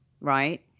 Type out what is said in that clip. right